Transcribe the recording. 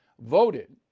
voted